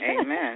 Amen